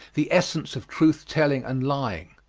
the essence of truth-telling and lying.